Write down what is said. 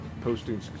posting